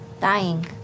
dying